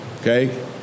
Okay